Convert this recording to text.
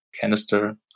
canister